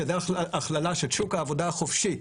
שזה הכללה של שוק העבודה החופשי,